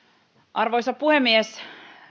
arvoisa puhemies